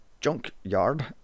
junkyard